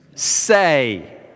say